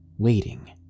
waiting